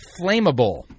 flammable